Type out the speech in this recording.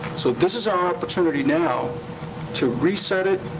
so this is our opportunity now to reset it,